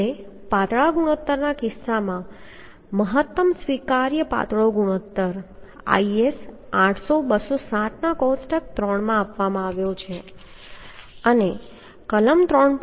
અને પાતળા ગુણોત્તરના કિસ્સામાં મહત્તમ સ્વીકાર્ય પાતળો ગુણોત્તર IS 800 2007 ના કોષ્ટક 3 માં આપવામાં આવ્યો છે અને કલમ 3